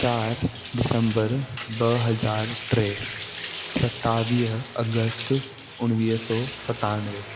चार ॾिसम्बर ॿ हज़ार टे सतावीह अगस्त उणिवीह सौ सतानवें